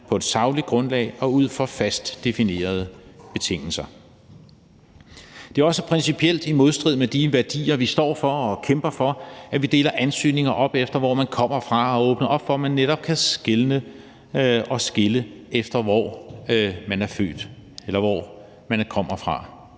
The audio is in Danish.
på et sagligt grundlag og ud fra fast definerede betingelser. Det er principielt også i modstrid med de værdier, vi står for og kæmper for, at vi deler ansøgninger op efter, hvor man kommer fra, og åbner op for, at der netop kan skelnes og skilles efter, hvor man er født eller hvor man kommer fra,